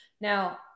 now